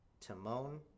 Timon